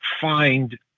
find